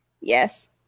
yes